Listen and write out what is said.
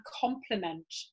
complement